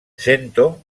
sento